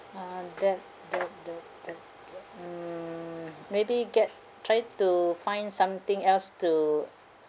uh debt the the the the mm maybe get try to find something else to